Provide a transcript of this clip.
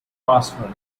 password